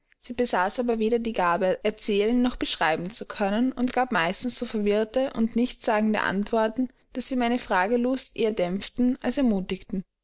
besaß aber weder die gabe erzählen noch beschreiben zu können und gab meistens so verwirrte und nichtssagende antworten daß sie meine fragelust eher dämpften als ermutigten